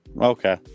Okay